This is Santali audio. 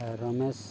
ᱨᱚᱢᱮᱥ